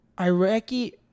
Iraqi